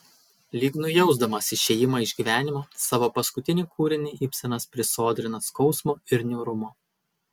lyg nujausdamas išėjimą iš gyvenimo savo paskutinį kūrinį ibsenas prisodrina skausmo ir niūrumo